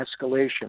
escalation